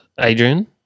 Adrian